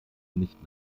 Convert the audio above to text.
nicht